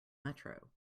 metro